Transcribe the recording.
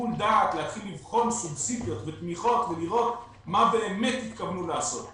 שיקול דעת לראות מה באמת התכוונו לעשות,